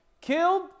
killed